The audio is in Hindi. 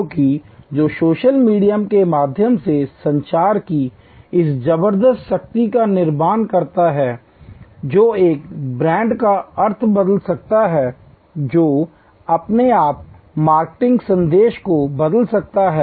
क्योंकि जो सोशल मीडिया के माध्यम से संचार की इस जबरदस्त शक्ति का निर्माण करता है जो एक ब्रांड का अर्थ बदल सकता है जो आपके मार्केटिंग संदेश को बदल सकता है